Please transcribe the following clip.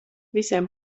visiem